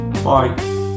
Bye